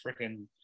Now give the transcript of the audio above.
freaking